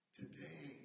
today